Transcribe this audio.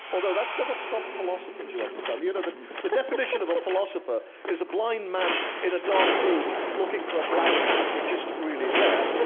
although that's never stopped philosophers, you understand the and the definition of a philosopher is a blind man in a dark room looking for a black hat, which isn't really there and